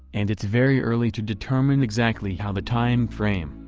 and it's very early to determine exactly how the time frame,